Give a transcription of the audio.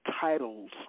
titles